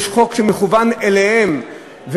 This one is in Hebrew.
יש חוק שמכוון אליהם,